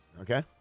Okay